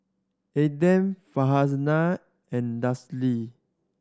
Adam Farhanah and Danish Li